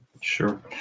Sure